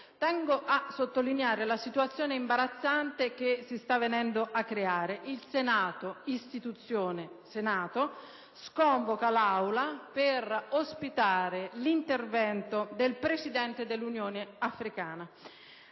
Tengo a sottolineare la situazione imbarazzante che si sta venendo a creare: l'istituzione Senato sconvoca una seduta dell'Assemblea per ospitare l'intervento del Presidente dell'Unione Africana